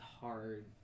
hard